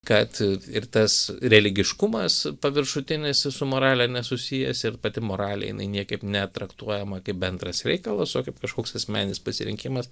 kad ir tas religiškumas paviršutinis su morale nesusijęs ir pati moralė jinai niekaip netraktuojama kaip bendras reikalas o kaip kažkoks asmeninis pasirinkimas